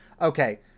Okay